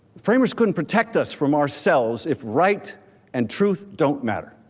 framers couldn't protect us from ourselves if right and truth don't matter.